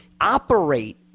operate